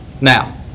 now